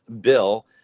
bill